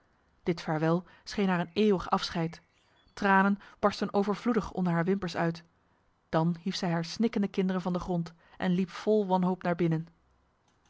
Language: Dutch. dit vaarwel scheen haar een eeuwig afscheid tranen barstten overvloedig onder haar wimpers uit dan hief zij haar snikkende kinderen van de grond en liep vol wanhoop naar binnen